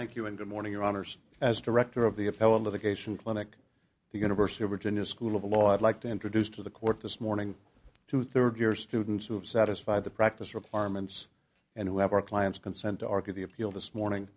thank you and good morning your honor sir as director of the appellate litigation clinic the university of virginia school of law i'd like to introduce to the court this morning to third year students who have satisfied the practice repairman's and who have our client's consent to argue the appeal this morning